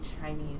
Chinese